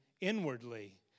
inwardly